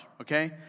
okay